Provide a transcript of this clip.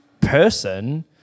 person